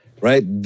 right